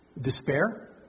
despair